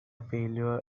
failure